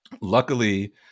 Luckily